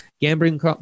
Gambling